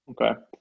Okay